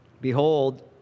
Behold